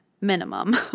minimum